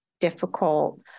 difficult